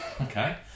Okay